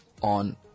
on